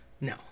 No